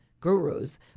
gurus